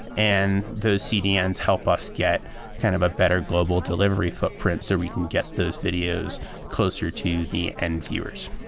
and those cdn's help us get kind of a better global delivery footprints so we can get those videos closer to the end viewers.